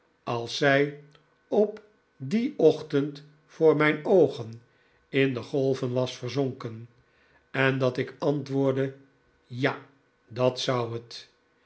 als zij op dien ochtend voor mijn oogen in de golven was verzonken en dat ik antwoordde ja dat zou het